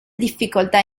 difficoltà